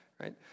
right